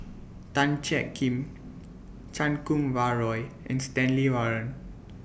Tan Kim Chan Kum Wah Roy and Stanley Warren